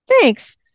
Thanks